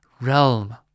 realm